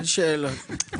אין שאלות.